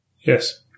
Yes